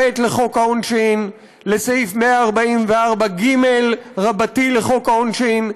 לחוק העונשין ולסעיף 144ג רבתי לחוק העונשין,